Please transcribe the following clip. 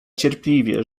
cierpliwie